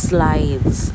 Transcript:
Slides